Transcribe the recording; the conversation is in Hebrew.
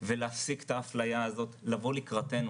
ולהפסיק את האפליה הזאת לבוא לקראתנו.